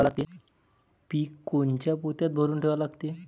पीक कोनच्या पोत्यात भरून ठेवा लागते?